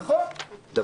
נכון, אז מה רע בזה?